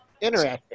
Interesting